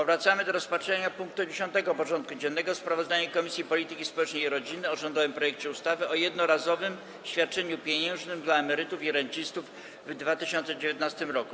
Powracamy do rozpatrzenia punktu 10. porządku dziennego: Sprawozdanie Komisji Polityki Społecznej i Rodziny o rządowym projekcie ustawy o jednorazowym świadczeniu pieniężnym dla emerytów i rencistów w 2019 r.